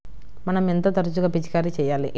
మనం ఎంత తరచుగా పిచికారీ చేయాలి?